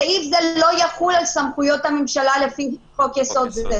סעיף זה לא יחול על סמכויות הממשלה לפי חוק יסוד זה".